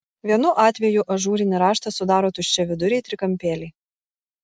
vienu atvejų ažūrinį raštą sudaro tuščiaviduriai trikampėliai